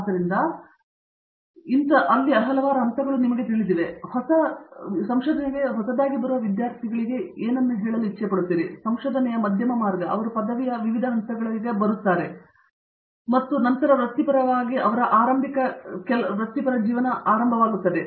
ಆದ್ದರಿಂದ ಅವರ ಮೂಲಕ ಹಾದುಹೋಗುವಂತೆ ನೀವು ನೋಡಿದಾಗ ಇಲ್ಲಿ ಹಂತಗಳು ತಿಳಿದಿವೆ ನಾನು ಹೊಸ ಒಳಬರುವ ವಿದ್ಯಾರ್ಥಿಗಳನ್ನು ತಿಳಿದಿದ್ದೇನೆ ಸಂಶೋಧನೆಗೆ ಮಧ್ಯದ ಮಾರ್ಗ ಮತ್ತು ಅವರು ತಮ್ಮ ಪದವಿಗೆ ವಿವಿಧ ಹಂತಗಳನ್ನು ಪಡೆಯುತ್ತಿದ್ದಾರೆ ಇಲ್ಲಿಯೇ ಉಳಿಯುತ್ತಾರೆ ಮತ್ತು ನಂತರ ವೃತ್ತಿಪರರಾಗಿ ಅವರ ಆರಂಭಿಕ ಭಾಗ ಇದಾಗಿದೆ